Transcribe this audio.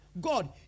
God